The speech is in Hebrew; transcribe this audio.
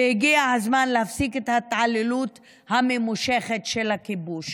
והגיע הזמן להפסיק את ההתעללות הממושכת של הכיבוש.